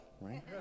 Right